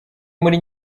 muri